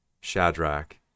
Shadrach